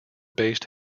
based